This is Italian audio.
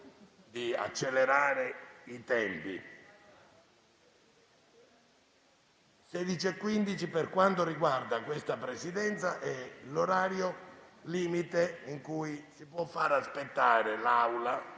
di accelerare i tempi. Per quanto riguarda questa Presidenza, le 16,15 è l'orario limite entro cui si può far aspettare l'Aula